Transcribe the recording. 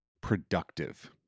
productive